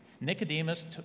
Nicodemus